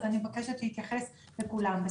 אז אני מבקשת להתייחס לכמה מהם.